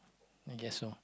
I guess so